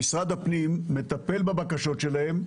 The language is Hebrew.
שמשרד הפנים מטפל בבקשות שלהם,